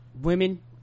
women